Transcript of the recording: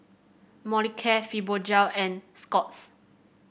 Molicare Fibogel and Scott's